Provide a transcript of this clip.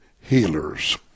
healers